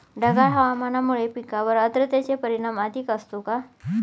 ढगाळ हवामानामुळे पिकांवर आर्द्रतेचे परिणाम अधिक असतो का?